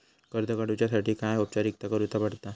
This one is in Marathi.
कर्ज काडुच्यासाठी काय औपचारिकता करुचा पडता?